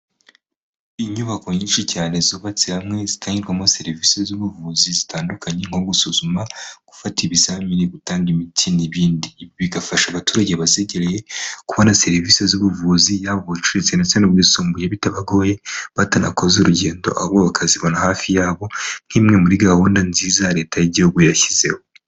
Inyubako nyinshi cyane zubatse hamwe, zitangirwamo serivisi z'ubuvuzi zitandukanye, nko gusuzuma, gufata ibizamini, gutanga imiti, n'ibindi, bigafasha abaturage bazegereye kubona serivisi z'ubuvuzi, yaba ubuciriritse ndetse n'ubwisumbuye, bitabagoye batanakoze urugendo, ahubwo bakazibona hafi yabo, nk'imwe muri gahunda nziza ya leta y'igihugu yashyizeho.